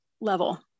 level